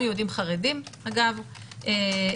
גם יהודים חרדים אתיופים,